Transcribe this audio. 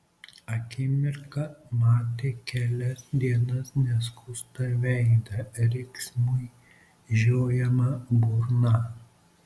akimirką matė kelias dienas neskustą veidą riksmui žiojamą burną